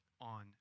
on